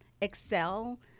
excel